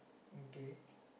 okay